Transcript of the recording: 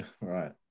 Right